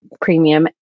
premium